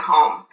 Home